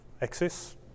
access